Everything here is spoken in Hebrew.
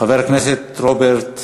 חבר הכנסת רוברט אילטוב.